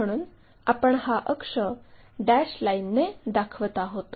म्हणून आपण हा अक्ष डॅश लाईनने दाखवीत आहोत